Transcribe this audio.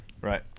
Right